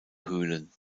höhlen